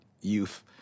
youth